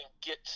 get